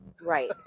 right